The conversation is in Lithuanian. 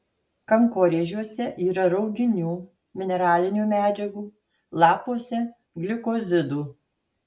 kankorėžiuose yra rauginių mineralinių medžiagų lapuose glikozidų